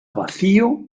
vacío